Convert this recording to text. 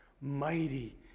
mighty